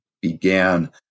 began